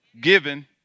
given